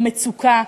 במצוקה,